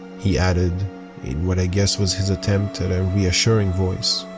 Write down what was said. he added in what i guessed was his attempt at a reassuring voice.